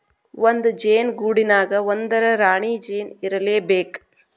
ಒಂದ ಜೇನ ಗೂಡಿನ್ಯಾಗ ಒಂದರ ರಾಣಿ ಜೇನ ಇರಲೇಬೇಕ